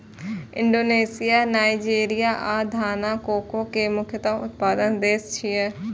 Indonesia, Nigeria आ Ghana cocoa के मुख्य उत्पादक देश छियै